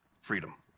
Freedom